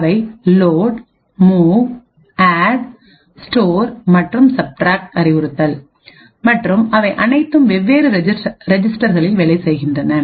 அவை load move add store மற்றும் subtract move add store and the subtract instruction அறிவுறுத்தல் மற்றும் அவை அனைத்தும் வெவ்வேறு ரெஜிஸ்டர்களில் வேலை செய்கின்றன